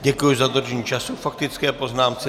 Děkuji za dodržení času k faktické poznámce.